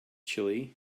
chile